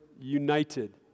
united